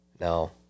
No